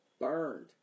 burned